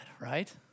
right